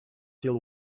till